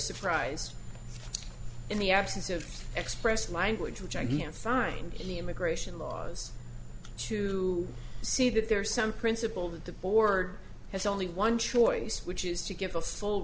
surprised in the absence of expressive language which i hear find in the immigration laws to see that there is some principle that the board has only one choice which is to give a full